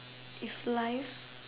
if life